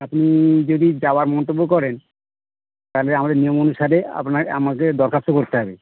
আপনি যদি যাওয়ার মন্তব্য করেন তাহলে আমাদের নিয়ম অনুসারে আপনার আমাকে দরখাস্ত করতে হবে